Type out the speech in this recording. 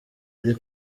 ari